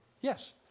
Yes